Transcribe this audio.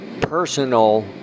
personal